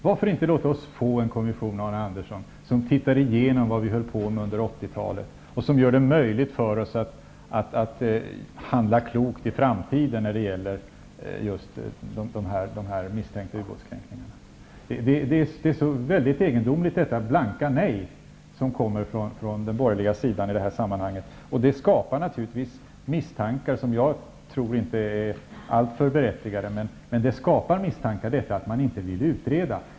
Varför inte låta oss få en kommission som studerar vad vi höll på med under 80-talet, som gör det möjligt för oss att handla klokt i framtiden när det gäller misstänkta ubåtskränkningar? Det är egendomligt, detta blanka nej som kommer från den borgerliga sidan i detta sammanhang. Det skapar naturligtvis misstankar, som jag tror inte är alltför berättigade. Det skapar misstankar, detta att man inte vill utreda.